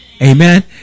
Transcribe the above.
Amen